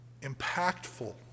impactful